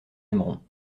aimeront